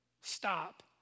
stop